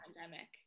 pandemic